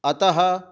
अतः